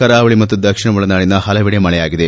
ಕರಾವಳಿ ಮತ್ತು ದಕ್ಷಿಣ ಒಳನಾಡಿನ ಹಲವೆಡೆ ಮಳೆಯಾಗಿದೆ